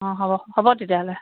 অঁ হ'ব হ'ব তেতিয়াহ'লে